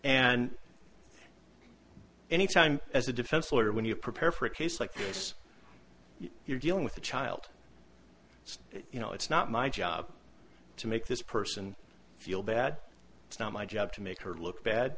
and anytime as a defense lawyer when you prepare for a case like this you're dealing with a child you know it's not my job to make this person feel bad it's not my job to make her look bad